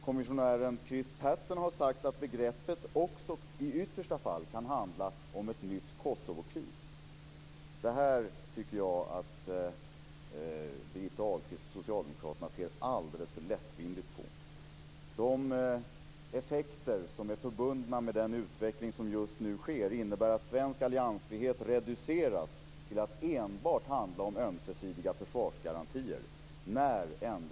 Kommissionären Chris Patten har sagt att begreppet också i yttersta fall kan handla om ett nytt Kosovokrig. Det här tycker jag att Birgitta Ahlqvist och socialdemokraterna ser alldeles för lättvindigt på. De effekter som är förbundna med den utveckling som just nu sker innebär att svensk alliansfrihet reduceras till att enbart handla om ömsesidiga försvarsgarantier.